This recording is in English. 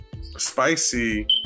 spicy